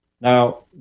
Now